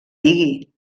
digui